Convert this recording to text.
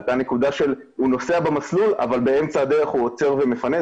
עלתה נקודה שהוא נוסע במסלול אבל באמצע הדרך הוא עוצר ומפנה,